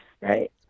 Right